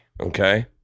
okay